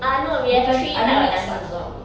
ah no we have three types of dances all